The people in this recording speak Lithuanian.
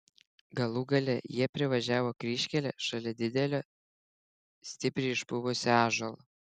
galų gale jie privažiavo kryžkelę šalia didelio stipriai išpuvusio ąžuolo